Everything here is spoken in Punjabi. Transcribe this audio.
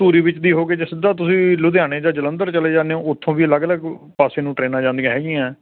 ਧੂਰੀ ਵਿੱਚ ਦੀ ਹੋ ਕੇ ਜੇ ਸਿੱਧਾ ਤੁਸੀਂ ਲੁਧਿਆਣੇ ਜਾਂ ਜਲੰਧਰ ਚਲੇ ਜਾਂਦੇ ਹੋ ਉੱਥੋਂ ਵੀ ਅਲੱਗ ਅਲੱਗ ਪਾਸੇ ਨੂੰ ਟਰੇਨਾਂ ਜਾਂਦੀਆਂ ਹੈਗੀਆਂ